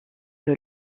que